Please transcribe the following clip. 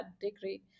degree